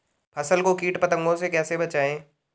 फसल को कीट पतंगों से कैसे बचाएं?